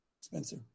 Spencer